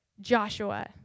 Joshua